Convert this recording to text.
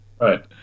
Right